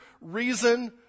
reason